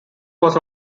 was